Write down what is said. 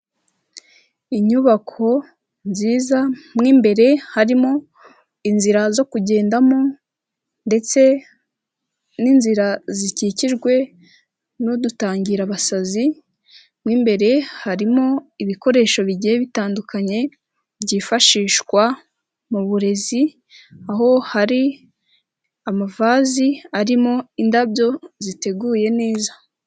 Inyubako nziza, mo imbere harimo inzira zo kugendamo, ndetse n'inzira zikikijwe n'udutangirabasazi, mo imbere harimo ibikoresho bigiye bitandukanye byifashishwa mu burezi, aho hari amavazi, arimo indabyo ziteguye neza.